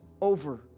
over